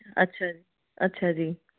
ਅੱਛਾ ਜੀ ਅੱਛਾ ਜੀ